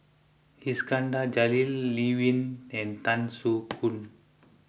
Iskandar Jalil Lee Wen and Tan Soo Khoon